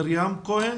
אני